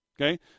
Okay